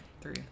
three